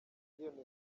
miliyoni